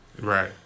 Right